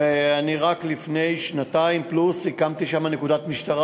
אני רק לפני שנתיים פלוס הקמתי שם נקודת משטרה,